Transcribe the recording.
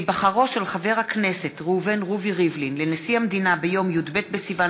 דב חנין, נחמן שי, יחיאל חיליק בר, איתן כבל,